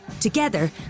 Together